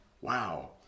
Wow